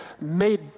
made